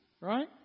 right